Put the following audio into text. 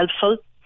helpful